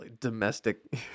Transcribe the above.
domestic